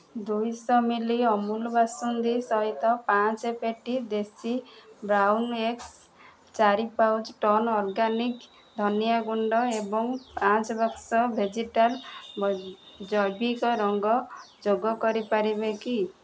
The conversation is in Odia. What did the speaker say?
ଦୁଇଶହ ମିଲି ଅମୁଲ ବାସନ୍ଦୀ ସହିତ ପାଞ୍ଚ ପେଟି ଦେଶୀ ବ୍ରାଉନ୍ ଏଗ୍ସ୍ ଚାରି ପାଉଚ୍ ଟର୍ନ୍ ଅର୍ଗାନିକ୍ ଧନିଆ ଗୁଣ୍ଡ ଏବଂ ପାଞ୍ଚ ବାକ୍ସ ଭେଜିଟାଲ ବ ଜୈବିକ ରଙ୍ଗ ଯୋଗ କରିପାରିବେ କି